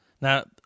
now